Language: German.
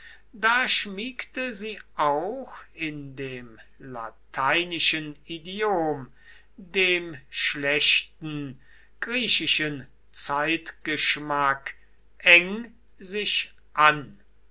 da schmiegte sie auch in dem lateinischen idiom dem schlechten griechischen zeitgeschmack eng sich an